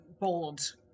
bold